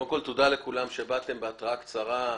קודם כל, תודה לכולם שבאתם בהתראה קצרה.